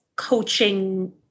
coaching